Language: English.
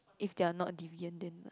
if they are not deviant then like